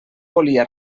volia